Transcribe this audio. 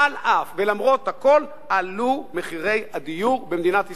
על אף ולמרות הכול עלו מחירי הדיור במדינת ישראל,